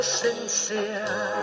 sincere